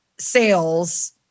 sales